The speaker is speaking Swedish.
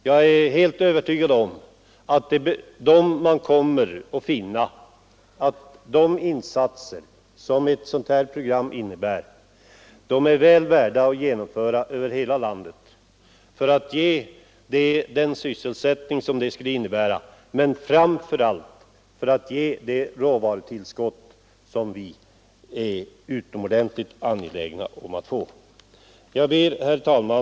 Jag är helt övertygad om att man kommer att finna att de insatser som ett sådant här program stimulerar till är väl värda att genomföra över hela landet för att ge sysselsättning men framför allt för ge det råvarutillskott som vi är utomordentligt angelägna om att få. Herr talman!